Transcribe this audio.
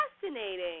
fascinating